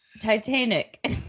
Titanic